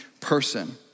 person